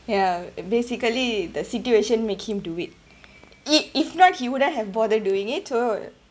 ya uh basically the situation may came to it it if not he wouldn't have bothered doing at all